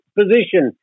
position